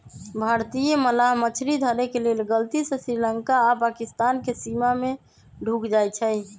भारतीय मलाह मछरी धरे के लेल गलती से श्रीलंका आऽ पाकिस्तानके सीमा में ढुक जाइ छइ